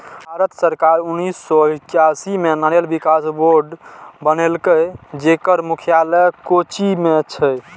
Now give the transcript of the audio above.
भारत सरकार उन्नेस सय एकासी मे नारियल विकास बोर्ड बनेलकै, जेकर मुख्यालय कोच्चि मे छै